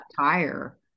tire